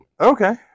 Okay